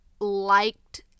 liked